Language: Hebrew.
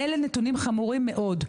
אלו נתונים חמורים מאוד.